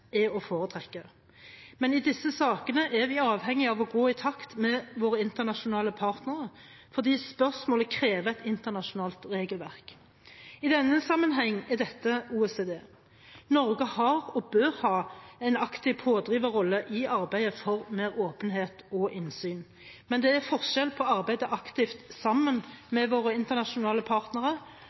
er å foretrekke, men i disse sakene er vi avhengig av å gå i takt med våre internasjonale partnere fordi spørsmålet krever et internasjonalt regelverk. I denne sammenheng er dette OECD. Norge har og bør ha en aktiv pådriverrolle i arbeidet for mer åpenhet og innsyn, men det er forskjell på å arbeide aktivt sammen med våre internasjonale partnere